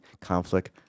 conflict